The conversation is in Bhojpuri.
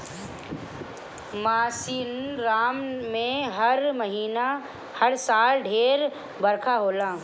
मासिनराम में हर साल ढेर बरखा होला